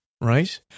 right